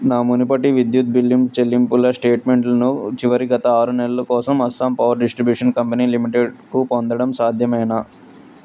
నా మునుపటి విద్యుత్ బిల్లుల చెల్లింపుల స్టేట్మెంట్లును చివరి గత ఆరు నెలలు కోసం అస్సాం పవర్ డిస్ట్రిబ్యూషన్ కంపెనీ లిమిటెడ్కు పొందడం సాధ్యమేనా